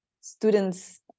students